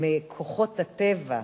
מכוחות הטבע,